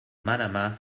manama